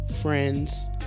friends